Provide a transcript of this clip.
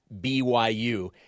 BYU